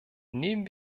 nehmen